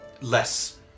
less